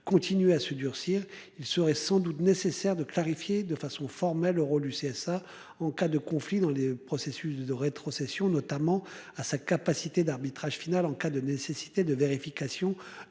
continuer à se durcir. Il serait sans doute nécessaire de clarifier, de façon formelle au rôle du CSA en cas de conflit dans les processus de rétrocession notamment à sa capacité d'arbitrage final en cas de nécessité de vérification